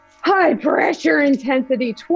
high-pressure-intensity